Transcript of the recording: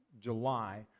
July